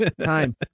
time